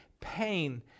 Pain